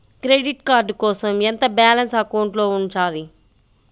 Credit card కోసం ఎంత balance అకౌంట్లో ఉంచాలి?